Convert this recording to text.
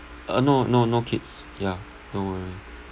uh no no no kids yeah no worry